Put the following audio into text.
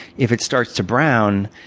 if it starts to brown,